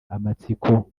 amatsiko